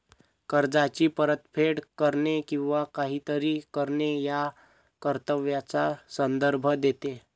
कर्जाची परतफेड करणे किंवा काहीतरी करणे या कर्तव्याचा संदर्भ देते